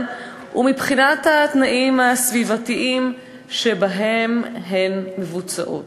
ומבחינת התנאים הסביבתיים שבהם הן מבוצעות.